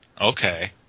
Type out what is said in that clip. Okay